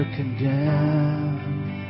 condemned